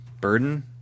Burden